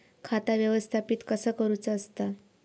खाता व्यवस्थापित कसा करुचा असता?